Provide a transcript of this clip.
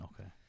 Okay